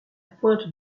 pointe